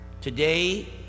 today